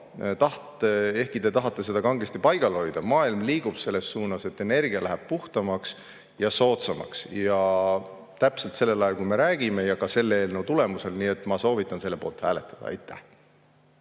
ehkki te tahate seda kangesti paigal hoida, liigub selles suunas, et energia läheb puhtamaks ja soodsamaks ja täpselt sellel ajal, kui me räägime, ja ka selle eelnõu tulemusel. Nii et ma soovitan selle poolt hääletada. Mihhail